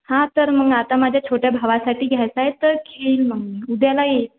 हा तर मग आता माझ्या छोट्या भावासाठी घ्यायचा आहे तर येईन मग मी उद्याला येईन